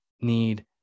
need